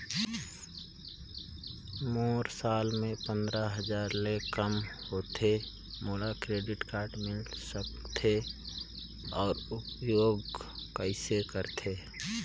मोर साल मे पंद्रह हजार ले काम होथे मोला क्रेडिट कारड मिल सकथे? अउ उपयोग कइसे करथे?